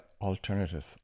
alternative